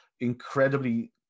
incredibly